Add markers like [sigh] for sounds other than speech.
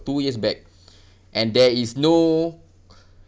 two years back [breath] and there is no [breath]